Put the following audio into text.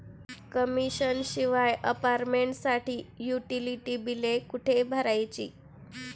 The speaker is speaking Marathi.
कमिशन शिवाय अपार्टमेंटसाठी युटिलिटी बिले कुठे भरायची?